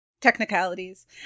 Technicalities